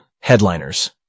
headliners